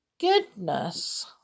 goodness